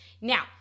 Now